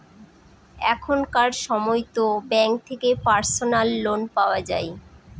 এখনকার সময়তো ব্যাঙ্ক থেকে পার্সোনাল লোন পাওয়া যায়